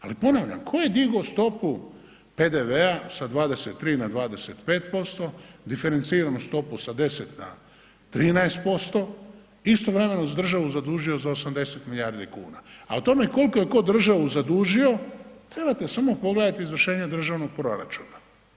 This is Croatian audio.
Ali ponavljam tko je digao stopu PDV-a sa 23 na 25%, diferenciranu stopu sa 10 na 13%, istovremeno državu zadužio za 80 milijardi kuna, a o tome koliko je tko državu zadužio trebate samo pogledati izvršenje državnog proračuna.